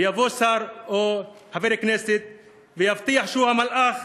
ויבוא שר או חבר כנסת ויבטיח שהוא המלאך